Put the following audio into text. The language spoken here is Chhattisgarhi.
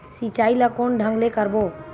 सिंचाई ल कोन ढंग से करबो?